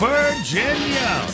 Virginia